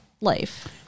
life